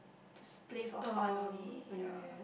just play for fun only ya